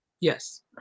Yes